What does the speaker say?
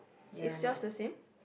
is yours the same